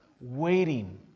waiting